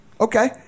Okay